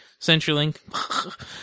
CenturyLink